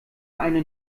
eine